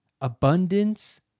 abundance